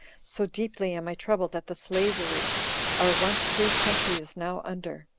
so deeply am i troubled at the slavery our once free country is now under,